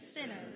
sinners